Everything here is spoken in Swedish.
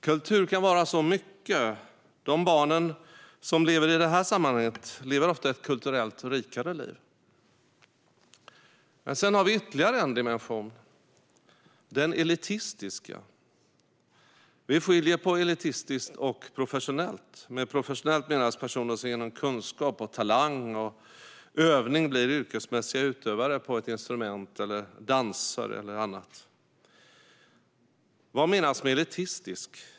Kultur kan vara så mycket, och de barn som lever i det här sammanhanget lever ofta ett kulturellt rikare liv. Så har vi ytterligare en dimension: den elitistiska. Vi skiljer på elitistiskt och professionellt. De professionella är personer som genom kunskap, talang och övning blir yrkesmässiga utövare på ett instrument, dansare eller annat. Vad menas då med elitistisk?